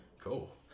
Cool